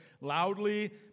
loudly